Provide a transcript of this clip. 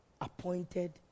appointed